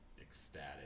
ecstatic